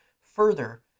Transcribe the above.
further